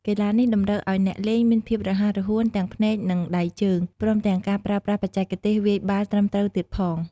កីឡានេះតម្រូវឱ្យអ្នកលេងមានភាពរហ័សរហួនទាំងភ្នែកនិងដៃជើង ព្រមទាំងការប្រើប្រាស់បច្ចេកទេសវាយបាល់ត្រឹមត្រូវទៀតផង។